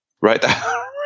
Right